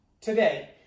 Today